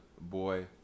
Boy